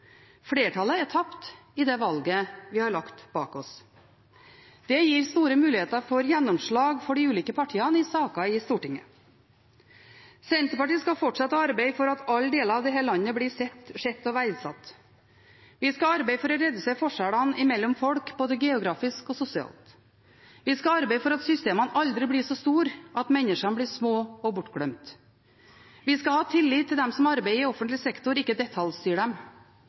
Flertallet er tapt i det valget vi har lagt bak oss. Det gir store muligheter for gjennomslag for de ulike partiene i saker i Stortinget. Senterpartiet skal fortsette å arbeide for at alle deler av dette landet blir sett og verdsatt. Vi skal arbeide for å redusere forskjellene mellom folk, både geografisk og sosialt. Vi skal arbeide for at systemene aldri blir så store at menneskene blir små og bortglemt. Vi skal ha tillit til dem som arbeider i offentlig sektor, ikke detaljstyre dem.